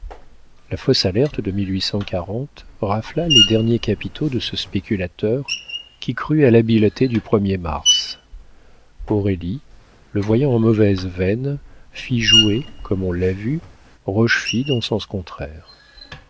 la fausse alerte de rafla les derniers capitaux de ce spéculateur qui crut à l'habileté du er mars aurélie le voyant en mauvaise veine fit jouer comme on l'a vu rochefide en sens contraire